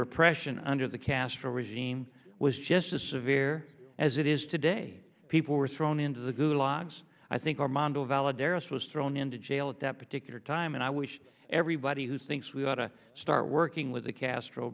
repression under the castro regime was just as severe as it is today people were thrown into the gulags i think armando valid heiress was thrown into jail at that particular time and i wish everybody who thinks we ought to start working with the castro